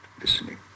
listening